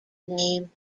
name